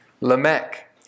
Lamech